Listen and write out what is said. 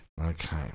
Okay